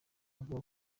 avuga